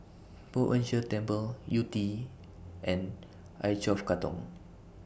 Poh Ern Shih Temple Yew Tee and I twelve Katong